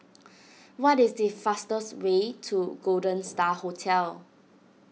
what is the fastest way to Golden Star Hotel